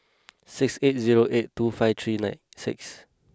six eight zero eight two five three nine six